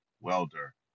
welder